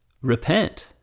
repent